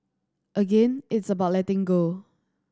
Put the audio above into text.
again it's about letting go